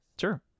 sure